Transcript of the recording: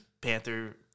Panther